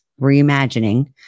reimagining